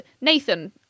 Nathan